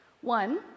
One